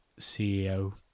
CEO